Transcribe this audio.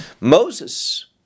Moses